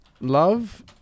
Love